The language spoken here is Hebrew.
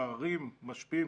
הפערים משפיעים,